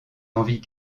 envies